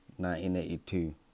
1982